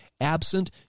Absent